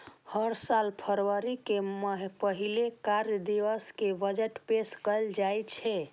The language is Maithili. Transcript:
हर साल फरवरी के पहिल कार्य दिवस कें बजट पेश कैल जाइ छै